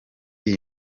iyi